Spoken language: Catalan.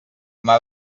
anar